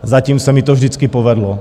Zatím se mi to vždycky povedlo.